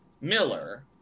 Miller